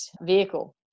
vehicle